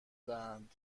دهند